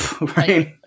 right